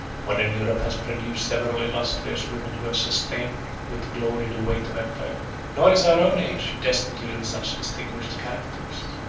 modern europe has produced several illustrious women who have sustained with glory the weight of empire nor is our own age destitute of such distinguished characters.